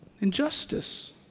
injustice